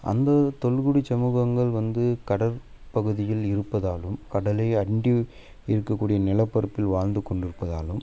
அந்த தொல்குடி சமூகங்கள் வந்து கடல் பகுதியில் இருப்பதாலும் கடலை அண்டி இருக்கக்கூடிய நிலப்பரப்பில் வாழ்ந்துக் கொண்டு இருப்பதாலும்